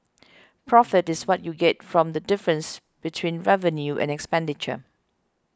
profit is what you get from the difference between revenue and expenditure